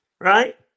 right